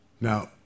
Now